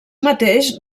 mateix